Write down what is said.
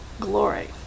glory